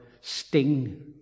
sting